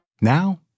Now